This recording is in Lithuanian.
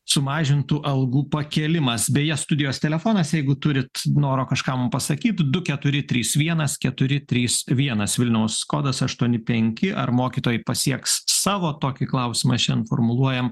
sumažintų algų pakėlimas beje studijos telefonas jeigu turit noro kažkam pasakyt du keturi trys vienas keturi trys vienas vilniaus kodas aštuoni penki ar mokytojai pasieks savo tokį klausimą šian formuluojam